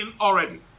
already